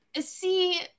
see